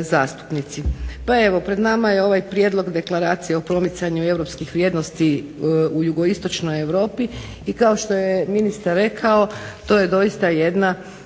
zastupnici. Pa evo, pred nama je ovaj Prijedlog deklaracije o promicanju Europskih vrijednosti u jugoistočnoj Europi i kao što je ministar rekao to je doista jedna